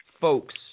folks